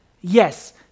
Yes